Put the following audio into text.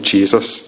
Jesus